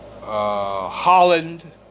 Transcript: Holland